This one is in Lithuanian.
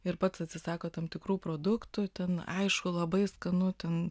ir pats atsisako tam tikrų produktų ten aišku labai skanu ten